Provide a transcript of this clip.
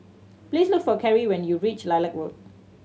please look for Keri when you reach Lilac Road